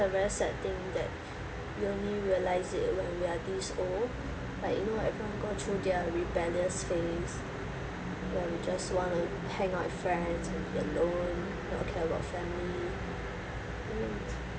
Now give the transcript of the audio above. I think it's a very sad thing that we only realized it when we are this old like you know everyone go through their rebellious phase yeah we just want to hangout with friends to be alone don't care about family um